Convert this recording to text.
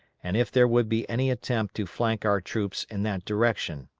and if there would be any attempt to flank our troops in that direction.